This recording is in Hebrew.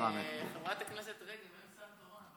חברת הכנסת רגב, אין שר תורן.